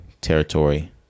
territory